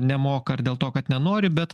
nemoka ar dėl to kad nenori bet